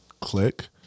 click